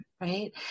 right